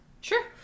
sure